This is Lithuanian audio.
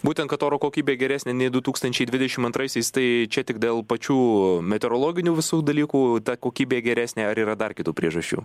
būtent kad oro kokybė geresnė nei du tūkstančiai dvidešim antraisiais tai čia tik dėl pačių meteorologinių visų dalykų ta kokybė geresnė ar yra dar kitų priežasčių